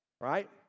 Right